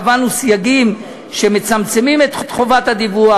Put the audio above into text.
קבענו סייגים שמצמצמים את חובת הדיווח,